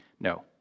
no